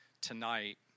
tonight